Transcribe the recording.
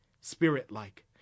Spirit-like